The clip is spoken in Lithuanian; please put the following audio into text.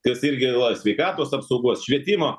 kas irgi va sveikatos apsaugos švietimo